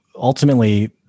Ultimately